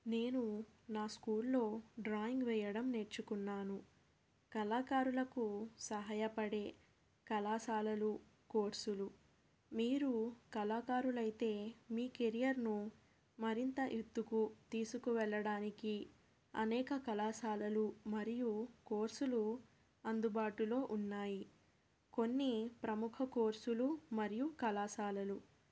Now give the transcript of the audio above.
నేను నా స్కూల్లో డ్రాయింగ్ వెయ్యడం నేర్చుకున్నాను కళాకారులకు సహాయపడే కళాశాలలు కోర్సులు మీరు కళాకారులు అయితే మీ కెరియర్ను మరింత ఎత్తుకు తీసుకువెళ్ళడానికి అనేక కళాశాలలు మరియు కోర్సులు అందుబాటులో ఉన్నాయి కొన్ని ప్రముఖ కోర్సులు మరియు కళాశాలలు